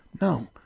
no